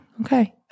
okay